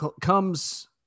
comes